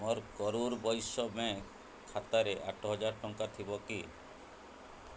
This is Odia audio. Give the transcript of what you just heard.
ମୋର କରୂର୍ ବୈଶ୍ୟ ବ୍ୟାଙ୍କ୍ ଖାତାରେ ଆଠହଜାରେ ଟଙ୍କା ଥିବ କି